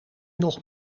nog